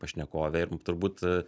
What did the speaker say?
pašnekovė ir turbūt